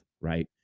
right